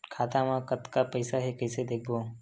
खाता मा कतका पईसा हे कइसे देखबो?